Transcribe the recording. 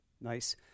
Nice